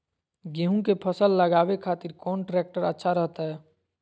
गेहूं के फसल लगावे खातिर कौन ट्रेक्टर अच्छा रहतय?